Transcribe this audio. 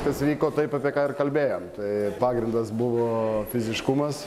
kas vyko taip apie ką ir kalbėjom tai pagrindas buvo fiziškumas